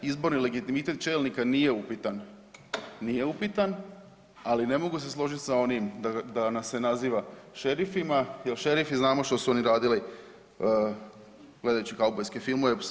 Izborni legitimitet čelnika nije upitan, ali ne mogu se složiti sa onim da nas se naziva šerifima, jer šerifi znamo što su oni radili gledajući kaubojske filmove.